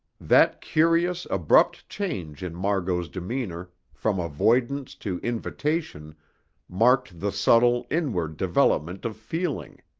that curious, abrupt change in margot's demeanour from avoidance to invitation marked the subtle, inward development of feeling,